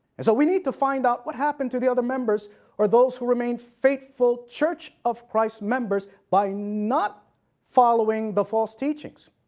and so we need to find out what happened to the other members or those who remained faithful church of christ members by not following the false teachings.